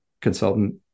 consultant